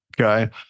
okay